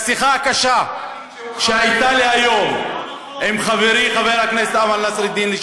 שהשיחה הקשה שהייתה לי היום עם חברי חבר הכנסת לשעבר אמל נסראלדין,